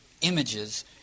images